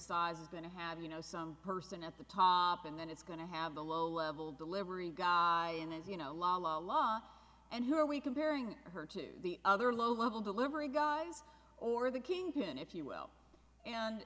resizes been have you know some person at the top and then it's going to have a low level delivery guy and as you know la la la and who are we comparing her to the other low level delivery guys or the kingpin if you will and